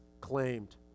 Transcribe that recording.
claimed